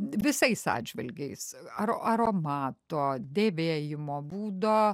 visais atžvilgiais ar aromato dėvėjimo būdo